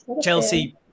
Chelsea